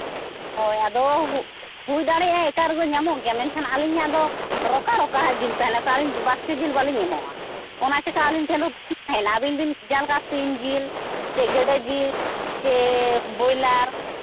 ᱦᱳᱭ ᱟᱫᱚ ᱦᱩᱭ ᱫᱟᱲᱮᱭᱟᱜ ᱮᱴᱟᱜ ᱨᱮᱦᱚᱸ ᱧᱟᱢᱚᱜ ᱜᱮᱭᱟ ᱢᱮᱱᱠᱷᱟᱱ ᱟᱹᱞᱤᱧᱟᱜ ᱫᱚ ᱨᱚᱠᱟ ᱨᱚᱠᱟᱱᱟᱜ ᱡᱤᱞ ᱛᱟᱦᱮᱱᱟ ᱥᱮ ᱟᱹᱞᱤᱧ ᱵᱟᱥᱠᱮ ᱡᱤᱞ ᱵᱟᱹᱞᱤᱧ ᱮᱢᱚᱜᱼᱟ ᱚᱱᱟ ᱪᱤᱠᱟ ᱟᱹᱞᱤᱧ ᱴᱷᱮᱱ ᱟᱹᱵᱤᱱ ᱵᱤᱱ ᱡᱟᱦᱟᱸ ᱞᱮᱠᱟ ᱥᱤᱢ ᱡᱤᱞ ᱥᱮ ᱜᱮᱰᱮ ᱡᱤᱞ ᱥᱮ ᱵᱚᱭᱞᱟᱨ